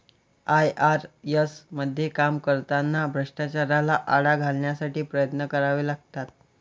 IRS मध्ये काम करताना भ्रष्टाचाराला आळा घालण्यासाठी प्रयत्न करावे लागतात